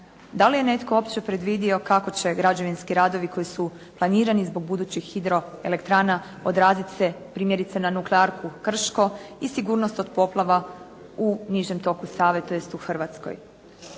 Da li je netko uopće predvidio kako će građevinski radovi koji su planirani zbog budućih hidroelektrana odraziti se primjerice na nuklearku Krško i sigurnost od poplava u nižem toku Save, tj. u Hrvatskoj.